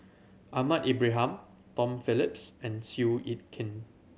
Ahmad Ibrahim Tom Phillips and Seow Yit Kin